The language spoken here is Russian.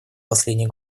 последний